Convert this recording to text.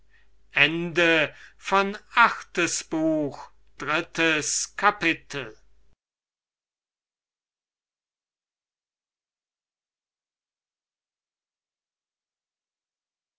achtes buch erstes kapitel